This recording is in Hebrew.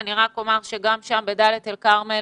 אני רק אומר שגם שם בדלית אל כרמל